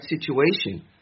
situation